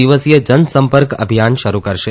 દિવસીય જનસંપર્ક અભિયાન શરૂ કરશે